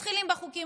מתחילים בחוקים